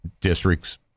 districts